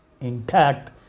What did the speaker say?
intact